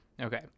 Okay